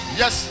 yes